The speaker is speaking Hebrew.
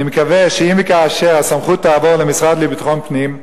אני מקווה שאם וכאשר הסמכות תעבור למשרד לביטחון פנים,